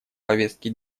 повестке